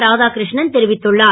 ராதாகிருஷ்ணன் தெரிவித்துள்ளார்